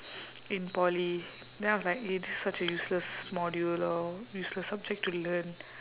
in poly then I was like eh this is such a useless module or useless subject to learn